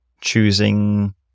choosing